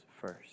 first